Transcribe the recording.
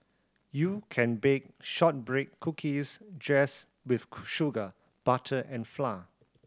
you can bake shortbread cookies just with sugar butter and flour